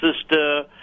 sister